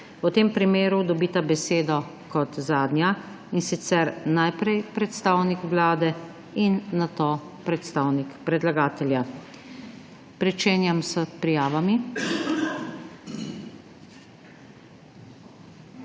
V tem primeru dobita besedo zadnja, in sicer najprej predstavnik vlade in nato predstavnik predlagatelja. Prosim za prijavo.